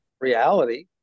reality